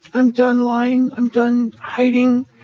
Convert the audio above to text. i'm done lying. i'm done hiding.